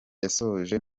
yasoje